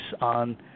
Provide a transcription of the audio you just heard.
on